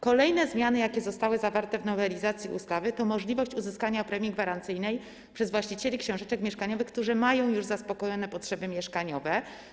Kolejne zmiany, jakie zostały zawarte w nowelizacji ustawy, to możliwość uzyskania premii gwarancyjnej przez właścicieli książeczek mieszkaniowych, którzy mają już zaspokojone potrzeby mieszkaniowe.